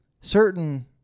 certain